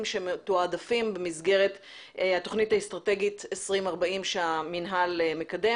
שמתועדפים במסגרת התכנית האסטרטגית 2040 שהמינהל מקדם.